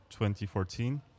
2014